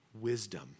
wisdom